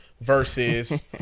versus